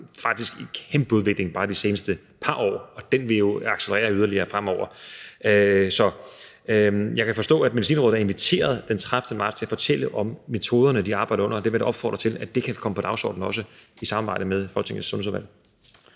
sket en kæmpe udvikling bare de seneste par år, og den vil jo accelerere yderligere fremover. Jeg kan forstå, at Medicinrådet er inviteret den 30. marts til at fortælle om metoderne, de arbejder med. Det vil jeg da i samarbejde med Folketingets sundhedsudvalg